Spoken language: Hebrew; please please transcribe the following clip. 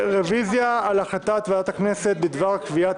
רביזיה על החלטת ועדת הכנסת בדבר קביעת